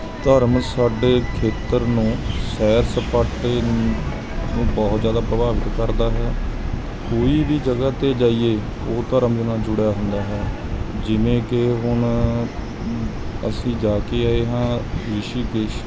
ਧਰਮ ਸਾਡੇ ਖੇਤਰ ਨੂੰ ਸੈਰ ਸਪਾਟੇ ਨੂੰ ਬਹੁਤ ਜ਼ਿਆਦਾ ਪ੍ਰਭਾਵਿਤ ਕਰਦਾ ਹੈ ਕੋਈ ਵੀ ਜਗ੍ਹਾ 'ਤੇ ਜਾਈਏ ਉਹ ਧਰਮ ਦੇ ਨਾਲ ਜੁੜਿਆ ਹੁੰਦਾ ਹੈ ਜਿਵੇਂ ਕਿ ਹੁਣ ਅਸੀਂ ਜਾ ਕੇ ਆਏ ਹਾਂ ਰਿਸ਼ੀਕੇਸ਼